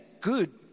good